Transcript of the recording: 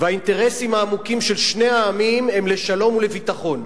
והאינטרסים העמוקים של שני העמים הם לשלום ולביטחון.